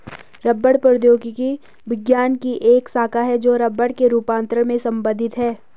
रबड़ प्रौद्योगिकी विज्ञान की एक शाखा है जो रबड़ के रूपांतरण से संबंधित है